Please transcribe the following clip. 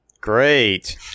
Great